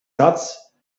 rats